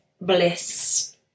bliss